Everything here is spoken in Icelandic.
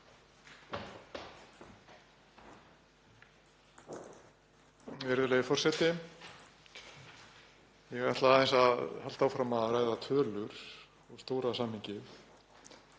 Virðulegur forseti. Ég ætla aðeins að halda áfram að ræða tölur og stóra samhengið,